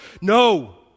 no